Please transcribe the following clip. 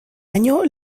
año